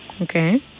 Okay